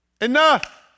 enough